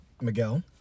Miguel